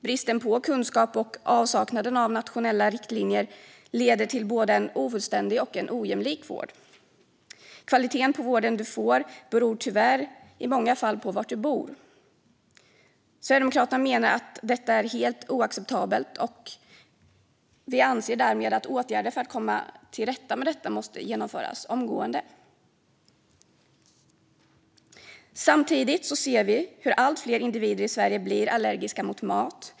Bristen på kunskap och avsaknaden av nationella riktlinjer leder till en både ofullständig och ojämlik vård. Kvaliteten på vården man får beror tyvärr i många fall på var man bor. Sverigedemokraterna menar att detta är helt oacceptabelt. Vi anser därmed att åtgärder för att komma till rätta med det måste genomföras omgående. Samtidigt ser vi hur allt fler individer i Sverige blir allergiska mot mat.